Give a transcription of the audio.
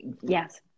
Yes